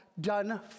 done